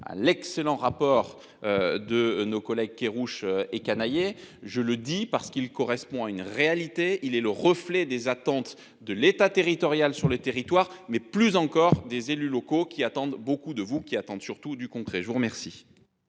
à l'excellent rapport. De nos collègues Kerrouche et canaille et je le dis parce qu'il correspond à une réalité. Il est le reflet des attentes de l'État, territorial, sur le territoire, mais plus encore des élus locaux qui attendent beaucoup de vous qui attendent surtout du congrès je vous remercie.